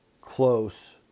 close